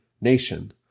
nation